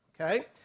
Okay